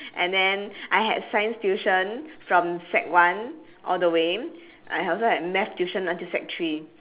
and then I had science tuition from sec one all the way and I also had math tuition until sec three